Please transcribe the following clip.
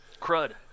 Crud